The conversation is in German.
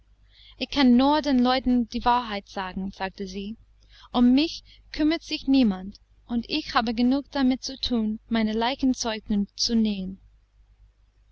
ich kann nur den leuten die wahrheit sagen sagte sie um mich kümmert sich niemand und ich habe genug damit zu thun mein leichenzeug zu nähen